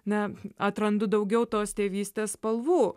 ne atrandu daugiau tos tėvystės spalvų